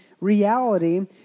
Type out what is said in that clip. reality